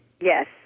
Yes